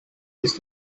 ist